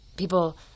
People